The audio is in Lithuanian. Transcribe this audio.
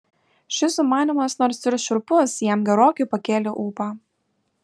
šis sumanymas nors ir šiurpus jam gerokai pakėlė ūpą